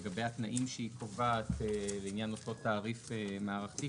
לגבי התנאים שהיא קובעת לעניין אותו תעריף מערכתי,